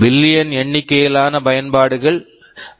பில்லியன்கள் Billion எண்ணிக்கையிலான பயன்பாடுகள்